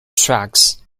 trax